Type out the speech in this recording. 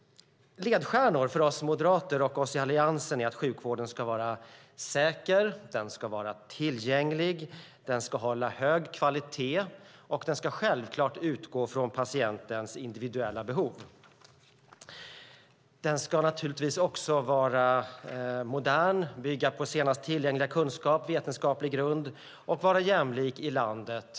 Ledstjärnor för oss moderater och för oss i Alliansen är att sjukvården ska vara säker och tillgänglig, hålla hög kvalitet och självfallet utgå från patientens individuella behov. Den ska naturligtvis också vara modern, bygga på senast tillgängliga kunskap och vetenskaplig grund och vara jämlik i landet.